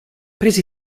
presi